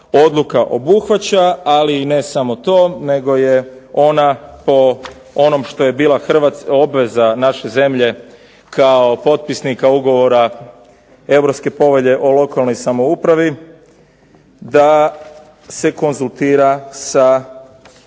odluka obuhvaća, ali i ne samo to nego je ona po onom što je bila obveza naše zemlje kao potpisnika ugovora Europske povelje o lokalnoj samoupravi da se konzultira sa jedinicama